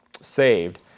saved